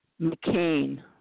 McCain